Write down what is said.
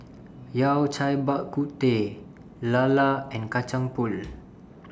Yao Cai Bak Kut Teh Lala and Kacang Pool